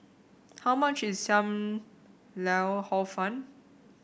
how much is Sam Lau Hor Fun